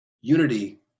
Unity